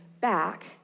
back